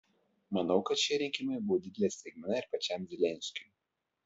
manau kad šie rinkimai buvo didelė staigmena ir pačiam zelenskiui